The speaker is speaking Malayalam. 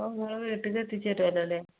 അപ്പോൾ നിങ്ങൾ വീട്ടിൽ എത്തിച്ച് തരുമല്ലോ അല്ലേ